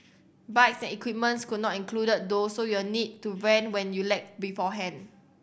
bikes and equipment not included though so you are need to rent when you lack beforehand